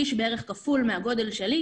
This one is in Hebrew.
איש בערך כפול מהגודל שלנו.